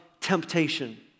temptation